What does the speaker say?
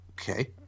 Okay